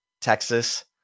Texas